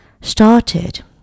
started